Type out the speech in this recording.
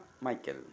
Michael